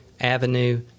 avenue